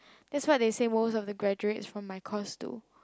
that's what they say most of the graduates from my course do